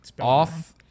Off